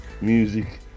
music